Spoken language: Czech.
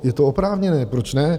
Je to oprávněné, proč ne?